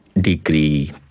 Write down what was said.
degree